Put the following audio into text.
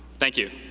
thank you